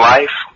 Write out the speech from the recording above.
Life